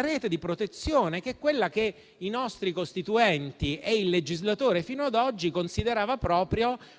rete di protezione, che è quella che i nostri costituenti e il legislatore fino ad oggi consideravano propria della